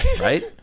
right